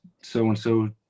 so-and-so